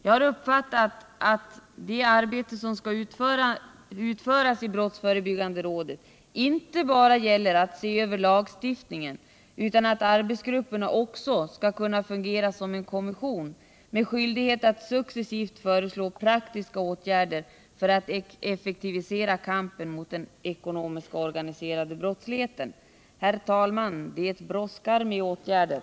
Jag har uppfattat det så att det arbete som skall utföras i rådet inte bara går ut på att se över lagstiftningen, utan att arbetsgrupperna också skall fungera som en kommission med skyldighet att successivt föreslå praktiska åtgärder för att effektivisera kampen mot den ekonomiska och organiserade brottsligheten. Herr talman! Det brådskar med åtgärder.